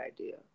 idea